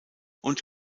und